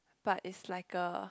but is like a